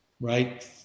right